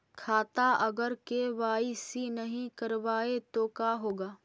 खाता अगर के.वाई.सी नही करबाए तो का होगा?